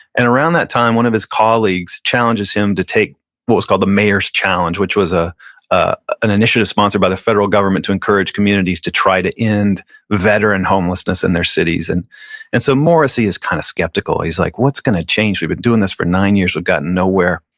and around that time, one of his colleagues challenges him to take what was called the mayor's challenge, which was ah an initiative sponsored by the federal government to encourage communities to try to end veteran homelessness in their cities. and and so morrissey is kind of skeptical. he's like, what's gonna change? we've been doing this for nine years, we've gotten nowhere.